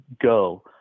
go –